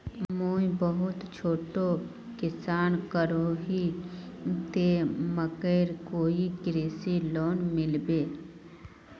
मुई बहुत छोटो किसान करोही ते मकईर कोई कृषि लोन मिलबे?